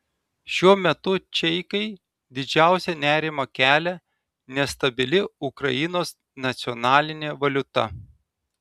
šiuo metu čeikai didžiausią nerimą kelia nestabili ukrainos nacionalinė valiuta